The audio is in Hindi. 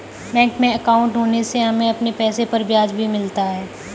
बैंक में अंकाउट होने से हमें अपने पैसे पर ब्याज भी मिलता है